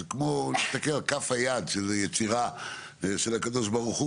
אז זה כמו להסתכל על כף היד שהיא יצירה של הקב"ה.